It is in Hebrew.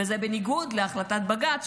וזה בניגוד להחלטת בג"ץ,